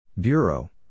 Bureau